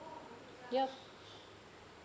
yup